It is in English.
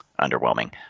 underwhelming